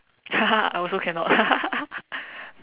I also cannot